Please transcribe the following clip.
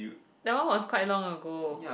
that one was quite long ago